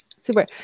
super